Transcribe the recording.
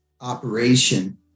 operation